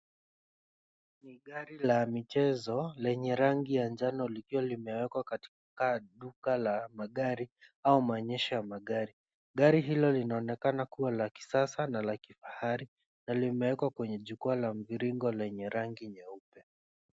Ni gari la michezo lenye gari la njano likiwa limewekwa katika duka la magari au maonyesho ya magari, gari hilo linaonekana kua la kisasa na la kifahari na limewekwa kwenye jukwaa la mviringo lenye rangi nyeupe.